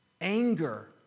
Anger